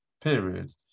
period